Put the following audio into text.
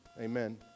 amen